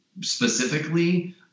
specifically